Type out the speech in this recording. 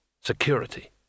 security